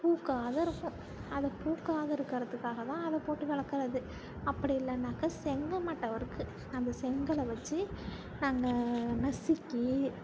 பூக்காத இருக்கும் அதை பூக்காத இருக்கிறத்துக்காக தான் அதை போட்டு விளக்குறது அப்படி இல்லைனாக்கா செங்கல் மட்டை இருக்குது அந்த செங்கலை வச்சு நாங்கள் நசுக்கி